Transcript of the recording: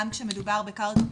גם כשמדובר בקרקע פרטית,